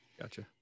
gotcha